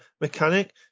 mechanic